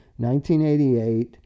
1988